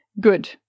Good